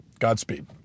Godspeed